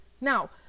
Now